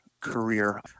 career